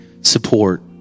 support